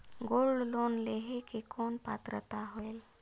Gold loan लेहे के कौन पात्रता होएल?